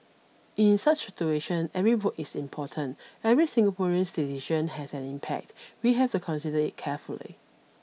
in such a situation every vote is important every Singaporean's decision has an impact we have to consider it carefully